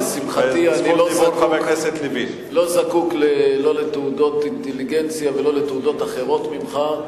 לשמחתי אני לא זקוק לא לתעודות אינטליגנציה ולא לתעודות אחרות ממך.